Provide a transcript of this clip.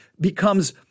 becomes